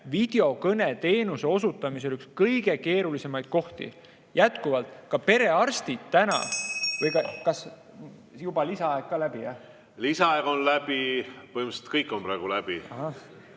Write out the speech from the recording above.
videokõneteenuse osutamisel üks kõige keerulisemaid kohti. Jätkuvalt ka perearstid täna … (Juhataja helistab kella.) Kas juba on lisaaeg ka läbi? Lisaaeg on läbi, põhimõtteliselt kõik on praegu läbi.